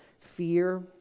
fear